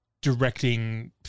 directing